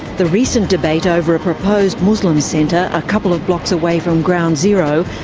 the recent debate over a proposed muslim centre a couple of blocks away from ground zero,